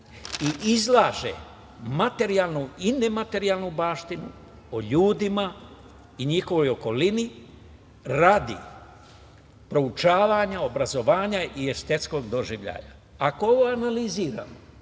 i izlaže materijalnu i nematerijalnu baštinu o ljudima i njihovoj okolini radi proučavanja, obrazovanja i estetskog doživljaja. Ako ovo analiziramo,